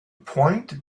point